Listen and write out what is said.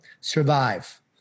survive